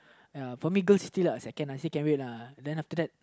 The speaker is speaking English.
ya for me girls still are second uh I say can wait lah then after that